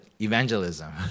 evangelism